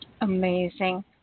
amazing